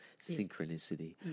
synchronicity